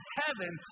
heaven